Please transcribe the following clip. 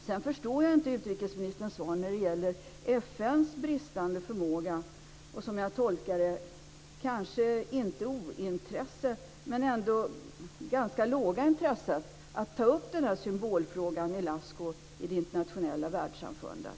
Sedan förstår jag inte utrikesministerns svar när det gäller FN:s bristande förmåga och, som jag tolkar det, kanske inte ointresse men ändå ganska ringa intresse att ta upp denna symbolfråga med Ilascu i det internationella världssamfundet.